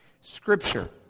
Scripture